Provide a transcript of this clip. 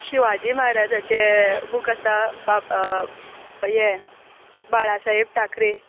शिवाजी म्हाराजाचे बूक आसा बा हे बाळा साहेब टाकरे